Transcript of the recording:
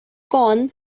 con